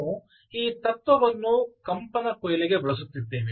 ನಾವು ಈ ತತ್ವವನ್ನು ಕಂಪನ ಕೊಯ್ಲಿಗೆ ಬಳಸುತ್ತಿದ್ದೇವೆ